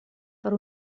per